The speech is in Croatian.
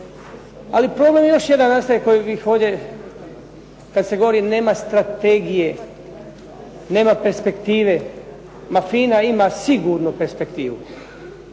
Ali problem još jedan nastaje koji bih ovdje kada se govori nema strategije, nema perspektive. Ma FINA ima sigurnu perspektivu,